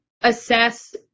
assess